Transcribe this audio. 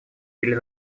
или